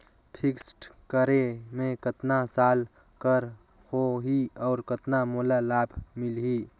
Fixed करे मे कतना साल कर हो ही और कतना मोला लाभ मिल ही?